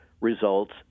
results